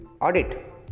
audit